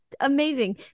amazing